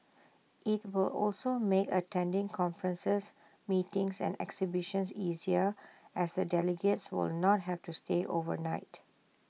IT will also make attending conferences meetings and exhibitions easier as A delegates will not have to stay overnight